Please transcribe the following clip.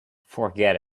forget